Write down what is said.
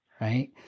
right